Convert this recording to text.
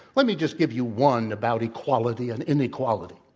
let me just give you one about equality and inequality.